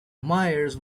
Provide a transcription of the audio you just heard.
myers